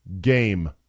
game